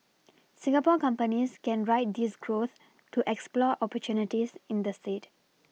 Singapore companies can ride this growth to explore opportunities in the state